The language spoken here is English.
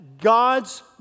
God's